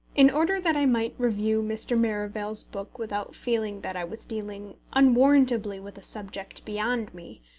in order that i might review mr. merivale's book without feeling that i was dealing unwarrantably with a subject beyond me,